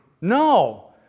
No